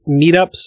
meetups